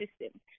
system